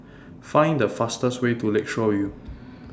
Find The fastest Way to Lakeshore YOU